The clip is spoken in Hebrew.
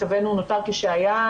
מצבנו נותר כשהיה.